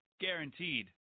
Guaranteed